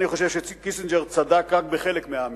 אני חושב שקיסינג'ר צדק רק בחלק מהאמירה,